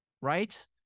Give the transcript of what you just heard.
right